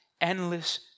endless